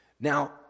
Now